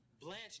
Blanche